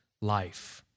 life